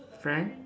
friends